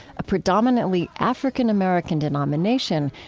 a predominantly african-american denomination,